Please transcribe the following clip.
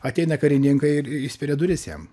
ateina karininkai ir išspiria duris jam